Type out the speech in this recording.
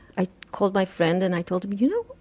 i called my friend and i told him, you know,